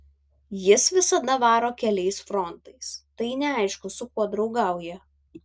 jis visada varo keliais frontais tai neaišku su kuo draugauja